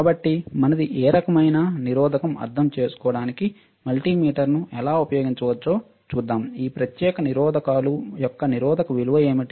కాబట్టి మనది ఏ రకమైన నిరోధకo అర్థం చేసుకోవడానికి మల్టీమీటర్ను ఎలా ఉపయోగించవచ్చో చూద్దాం ఈ ప్రత్యేక నిరోధకాలు యొక్క నిరోధక విలువ ఏమిటి